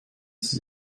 sie